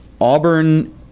Auburn